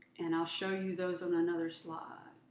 and i'll show you those in another slide.